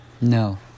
no